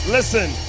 Listen